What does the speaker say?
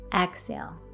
Exhale